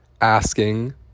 asking